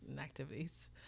Activities